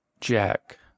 Jack